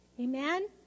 Amen